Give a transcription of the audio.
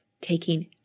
taking